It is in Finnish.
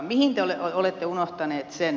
mihin te olette unohtaneet sen